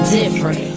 different